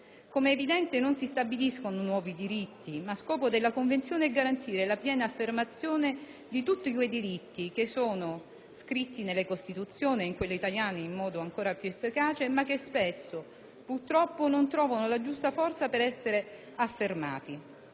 Come è evidente, non si stabiliscono nuovi diritti, ma scopo della Convenzione è garantire la piena affermazione di tutti quei diritti che sono scritti nelle Costituzioni, e in quella italiana in modo ancora più efficace, ma che spesso purtroppo non trovano la giusta forza per essere affermati.